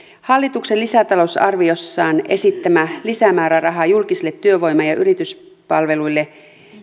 hallituksen lisätalousarviossaan esittämä lisämääräraha julkisille työvoima ja yrityspalveluille